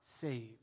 saved